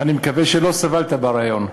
אני מקווה שלא סבלת בריאיון.